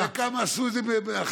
בדק את זה איש מקצוע.